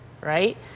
right